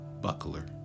buckler